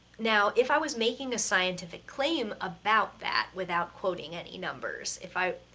now if i was making a scientific claim about that without quoting any numbers, if i,